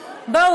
בואו,